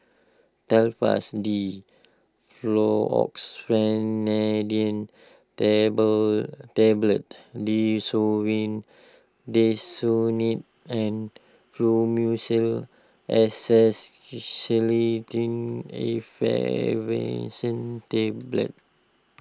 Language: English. Telfast D table Tablets Desowen Desonide and Fluimucil Effervescent Tablets